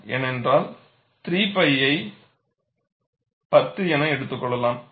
ஏனென்றால் 3 pi ஐ 10 என எடுத்துக் கொள்ளலாம்